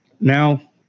now